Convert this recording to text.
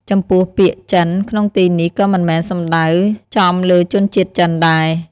ចំពោះ ពាក្យ "ចិន" ក្នុងទីនេះក៏មិនមែនសំដៅចំលើជនជាតិចិនដែរ។